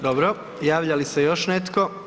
Dobro, javlja li se još netko?